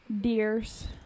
Deers